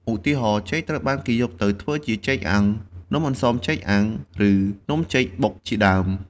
ឧទាហរណ៍ ចេកត្រូវបានគេយកទៅធ្វើជាចេកអាំង នំអន្សមចេកអាំង ឬនំចេកបុកជាដើម។